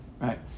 right